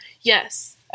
Yes